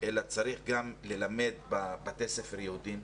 אלא צריך גם ללמד בבתי הספר היהודים.